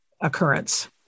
Occurrence